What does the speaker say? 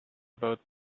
about